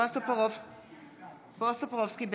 בועז טופורובסקי,